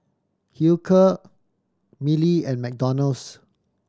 Hilker Mili and McDonald's